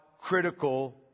critical